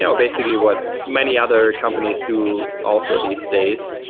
yeah basically, what many other companies do also these days.